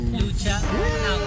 lucha